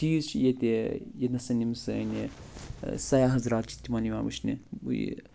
چیٖز چھِ ییٚتہِ ییٚتہِ نَس یِم سٲنۍ یہِ سیاح حضرات چھِ تِمَن یوان وٕچھنہِ